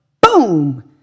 boom